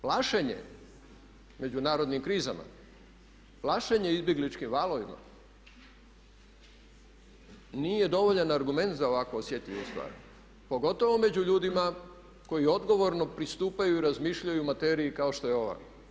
Plašenje međunarodnim krizama, plašenje izbjegličkim valovima nije dovoljan argument za ovako osjetljivu stvar pogotovo među ljudima koji odgovorno pristupaju i razmišljaju o materiji kao što je ova.